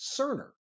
Cerner